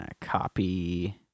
Copy